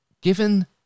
given